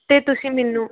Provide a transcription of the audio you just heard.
ਅਤੇ ਤੁਸੀਂ ਮੈਨੂੰ